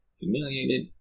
humiliated